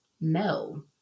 no